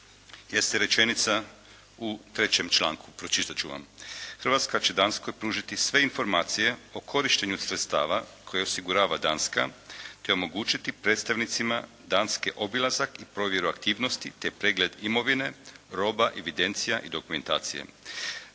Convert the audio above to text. jeste rečenica u trećem članku, pročitat ću vam. Hrvatska će Danskoj pružiti sve informacije o korištenju sredstava koje osigurava Danska, te omogućiti predstavnicima Danske obilazak i provjeru aktivnosti te pregled imovine, roba, evidencija i dokumentacije.